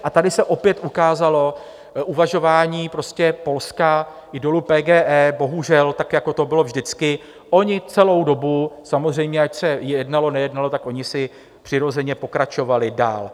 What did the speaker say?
A tady se opět ukázalo uvažování Polska i dolu PGE, bohužel, tak jako to bylo vždycky: oni celou dobu samozřejmě, ať se jednalo, nejednalo, tak oni si přirozeně pokračovali dál.